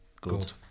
Good